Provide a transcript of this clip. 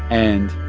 and.